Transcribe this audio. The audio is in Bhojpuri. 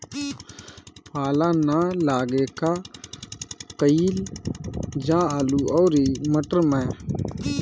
पाला न लागे का कयिल जा आलू औरी मटर मैं?